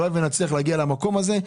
הלוואי שנצליח להגיע למקום הזה.